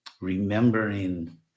remembering